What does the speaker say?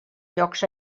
llocs